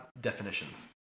definitions